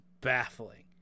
baffling